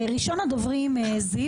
ראשון הדוברים זיו